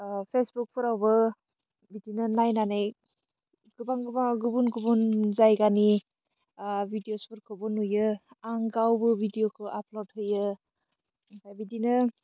फेसबुकफोरावबो बिदिनो नायनानै गोबां गोबां गुबुन गुबुन जायगानि ओह भिडिअस फोरखौबो नुयो आं गावबो भिडिअखौ आफलड होयो आमफाय बिदिनो